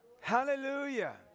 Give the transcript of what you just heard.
Hallelujah